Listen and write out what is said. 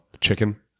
chicken